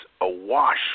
awash